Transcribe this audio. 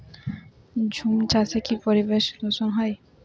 ঝুম চাষে কি পরিবেশ দূষন হয়?